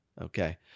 Okay